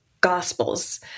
Gospels